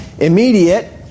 immediate